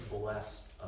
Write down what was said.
bless